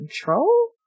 control